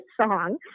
song